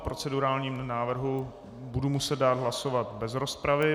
O procedurálním návrhu budu muset dát hlasovat bez rozpravy.